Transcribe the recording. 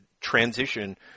transition